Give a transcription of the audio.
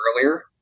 earlier